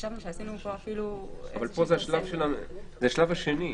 אבל זה השלב השני.